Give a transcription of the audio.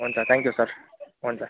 हुन्छ thank you sir हुन्छ